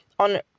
on